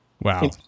Wow